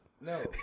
No